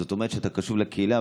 זאת אומרת שאתה קשוב לקהילה,